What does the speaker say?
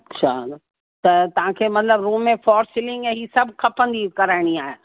अछा त तव्हांखे मतिलब रूम में फॉर सीलिंग ऐं हीअ सभु खपंदी कराइणी आहे